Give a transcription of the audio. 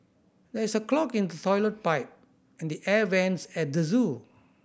there is a clog in the toilet pipe and the air vents at the zoo